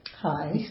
Hi